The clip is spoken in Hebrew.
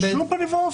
בשום פנים ואופן.